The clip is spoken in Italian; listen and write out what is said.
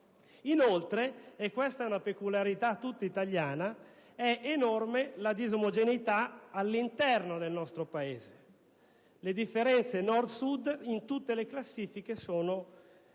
Inoltre - e questa è una peculiarità tutta italiana - è enorme la disomogeneità all'interno del nostro Paese. Le differenze tra Nord e Sud in tutte le classifiche sono molto